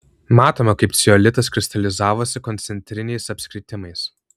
matome kaip ceolitas kristalizavosi koncentriniais apskritimais